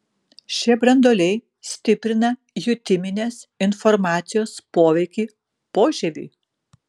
šie branduoliai stiprina jutiminės informacijos poveikį požieviui